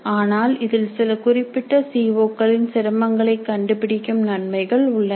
ஆனால் இதில் சில குறிப்பிட்ட சிஓ க்களின் சிரமங்களைக் கண்டு பிடிக்கும் நன்மைகள் உள்ளன